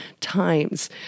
times